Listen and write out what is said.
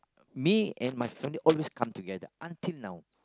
me and my family always come together until now